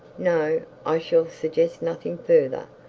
no, i shall suggest nothing further.